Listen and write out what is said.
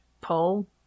pull